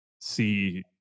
see